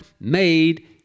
made